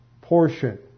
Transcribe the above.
portion